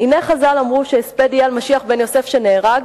"והנה חז"ל אמרו שהספד זה יהיה על משיח בן יוסף שנהרג,